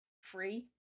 free